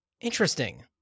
interesting